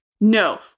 no